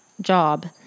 job